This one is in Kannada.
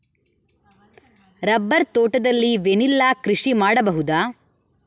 ರಬ್ಬರ್ ತೋಟದಲ್ಲಿ ವೆನಿಲ್ಲಾ ಕೃಷಿ ಮಾಡಬಹುದಾ?